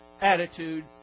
attitude